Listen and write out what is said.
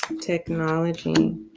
technology